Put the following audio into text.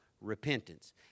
repentance